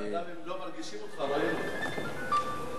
לא מרגישים אותך, רואים אותך.